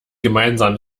gemeinsam